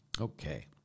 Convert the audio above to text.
Okay